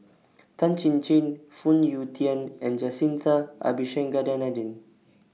Tan Chin Chin Phoon Yew Tien and Jacintha Abisheganaden